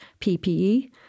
PPE